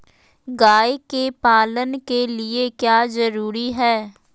गाय के पालन के लिए क्या जरूरी है?